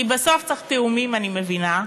כי בסוף צריך תיאומים, אני מבינה.